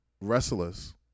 wrestlers